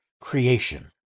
creation